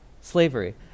Slavery